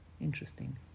interesting